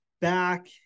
back